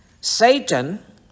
Satan